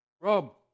Rob